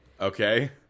Okay